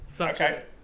Okay